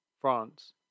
France